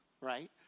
right